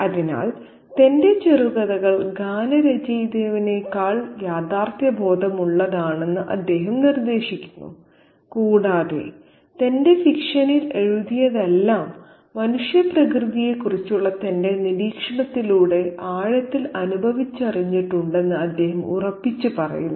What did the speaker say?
അതിനാൽ തന്റെ ചെറുകഥകൾ ഗാനരചയിതാവിനേക്കാൾ യാഥാർത്ഥ്യബോധമുള്ളതാണെന്ന് അദ്ദേഹം നിർദ്ദേശിക്കുന്നു കൂടാതെ തന്റെ ഫിക്ഷനിൽ എഴുതിയതെല്ലാം മനുഷ്യപ്രകൃതിയെക്കുറിച്ചുള്ള തന്റെ നിരീക്ഷണത്തിലൂടെ ആഴത്തിൽ അനുഭവിച്ചറിഞ്ഞിട്ടുണ്ടെന്ന് അദ്ദേഹം ഉറപ്പിച്ചു പറയുന്നു